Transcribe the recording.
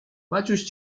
maciuś